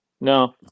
No